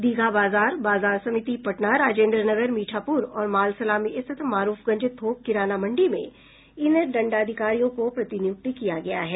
दीघा बाजार बाजार समिति पटना राजेन्द्र नगर मीठापुर और मालसलामी स्थित मारूफगंज थोक किराना मंडी में इन दंडाधिकारियों को प्रतिनियुक्त किया गया है